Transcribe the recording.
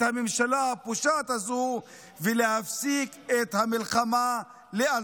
הממשלה הפושעת הזו ולהפסיק את המלחמה לאלתר.